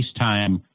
FaceTime